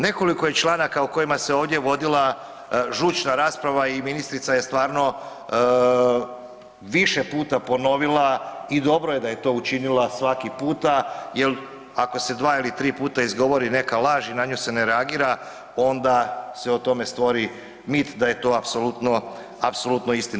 Nekoliko je članaka o kojima se ovdje vodila žučna rasprava i ministrica je stvarno više puta ponovila i dobro je da je to učinila svaki puta jer ako se 2 ili 3 puta izgovori neka laž i na nju se ne reagira, onda se o tome stvori mit da je to apsolutno istina.